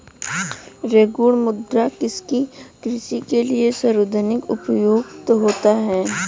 रेगुड़ मृदा किसकी कृषि के लिए सर्वाधिक उपयुक्त होती है?